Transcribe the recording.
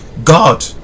God